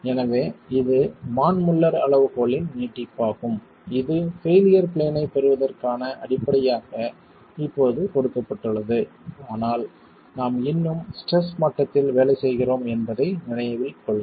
எனவே இது மான் முல்லர் அளவுகோலின் நீட்டிப்பாகும் இது பெயிலியர் பிளேன் ஐப் பெறுவதற்கான அடிப்படையாக இப்போது கொடுக்கப்பட்டுள்ளது ஆனால் நாம் இன்னும் ஸ்ட்ரெஸ் மட்டத்தில் வேலை செய்கிறோம் என்பதை நினைவில் கொள்க